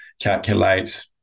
calculate